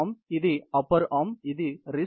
ఇది upper arm మరియు ఇది రిస్ట్ ప్రాంతం